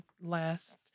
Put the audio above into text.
last